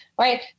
Right